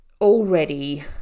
already